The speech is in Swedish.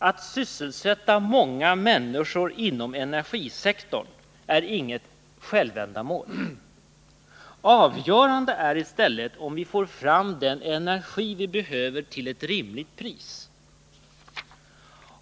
Att sysselsätta många människor inom energisektorn är inget självändamål. Avgörande är i stället om vi till ett rimligt pris får fram den energi som vi behöver.